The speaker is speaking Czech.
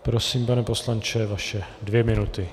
Prosím, pane poslanče, vaše dvě minuty.